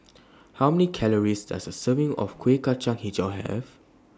How Many Calories Does A Serving of Kueh Kacang Hijau Have